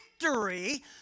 victory